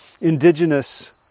indigenous